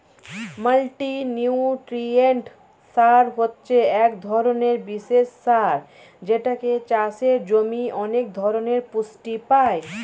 multinutrient সার হচ্ছে এক ধরণের বিশেষ সার যেটাতে চাষের জমি অনেক ধরণের পুষ্টি পায়